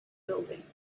building